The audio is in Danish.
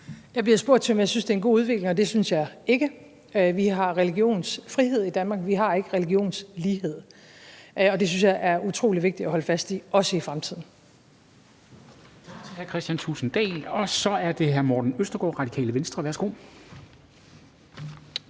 Jeg bliver spurgt til, om jeg synes, det er en god udvikling, og det synes jeg ikke. Vi har religionsfrihed i Danmark, vi har ikke religionslighed, og det synes jeg er utrolig vigtigt at holde fast i, også i fremtiden.